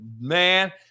man